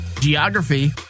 Geography